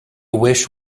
wish